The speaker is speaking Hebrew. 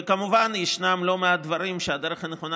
וכמובן ישנם לא מעט דברים שהדרך הנכונה